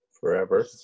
forever